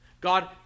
God